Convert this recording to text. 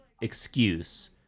excuse